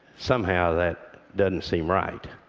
somehow that doesn't seem right.